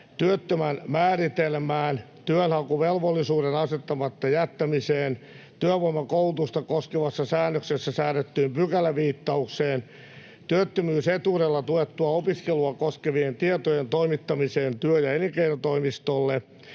työttömän määritelmään, työnhakuvelvollisuuden asettamatta jättämiseen, työvoimakoulutusta koskevassa säännöksessä säädettyyn pykäläviittaukseen, työttömyysetuudella tuettua opiskelua koskevien tietojen toimittamiseen työ- ja elinkeinotoimistolle,